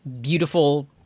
beautiful